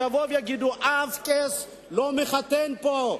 שיבואו ויגידו: אף קייס לא מחתן פה,